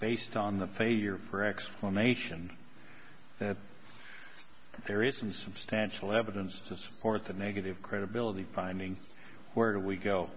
based on the failure for explanation that there is some substantial evidence to support the negative credibility priming where do we go